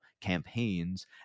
campaigns